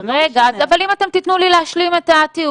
מה זה?